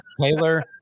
Taylor